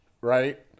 right